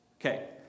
Okay